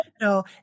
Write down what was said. No